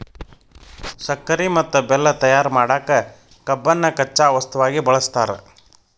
ಸಕ್ಕರಿ ಮತ್ತ ಬೆಲ್ಲ ತಯಾರ್ ಮಾಡಕ್ ಕಬ್ಬನ್ನ ಕಚ್ಚಾ ವಸ್ತುವಾಗಿ ಬಳಸ್ತಾರ